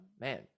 man